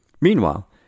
Meanwhile